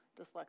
dyslexia